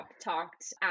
talked